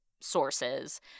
sources